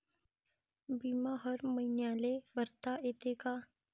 बिमा हर मईन्याले भरता येते का?